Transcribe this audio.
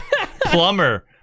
plumber